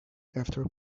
after